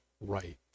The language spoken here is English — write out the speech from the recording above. right